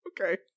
Okay